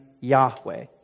Yahweh